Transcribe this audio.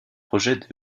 projets